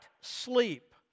sleep